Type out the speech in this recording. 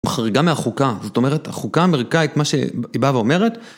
חריגה מהחוקה, זאת אומרת, החוקה האמריקאית מה שהיא באה ואומרת.